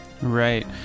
right